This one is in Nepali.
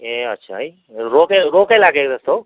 ए अच्छा है रोगै रोगै लागेको जस्तो हो